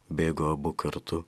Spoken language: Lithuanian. bėgo abu kartu